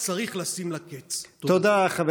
תודה, אדוני.